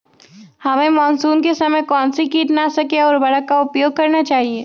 हमें मानसून के समय कौन से किटनाशक या उर्वरक का उपयोग करना चाहिए?